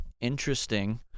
interesting